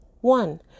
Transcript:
one